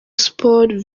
sports